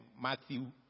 Matthew